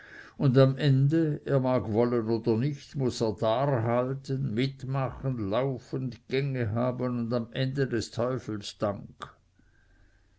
und am ende er mag wollen oder nicht muß er darhalten mitmachen läuf und gänge haben und am ende des teufels dank